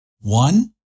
One